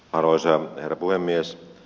arvoisa herra puhemies